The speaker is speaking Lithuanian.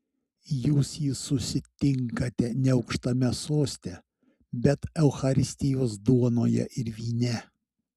jūs jį susitinkate ne aukštame soste bet eucharistijos duonoje ir vyne